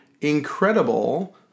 incredible